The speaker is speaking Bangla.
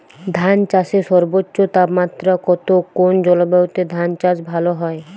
ধান চাষে সর্বোচ্চ তাপমাত্রা কত কোন জলবায়ুতে ধান চাষ ভালো হয়?